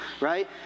right